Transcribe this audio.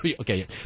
okay